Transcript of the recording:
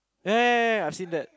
ya ya ya ya ya I've seen that